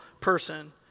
person